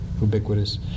ubiquitous